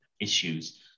issues